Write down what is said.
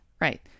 right